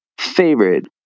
favorite